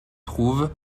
trouve